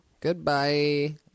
Goodbye